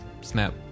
snap